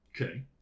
Okay